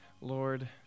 Lord